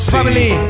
family